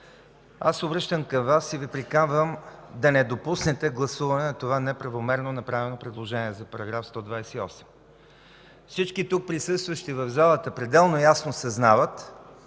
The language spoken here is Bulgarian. обръщам се към Вас и Ви приканвам да не допуснете гласуване по това неправомерно направено предложение за § 128. Всички тук присъстващи в залата пределно ясно съзнаваме,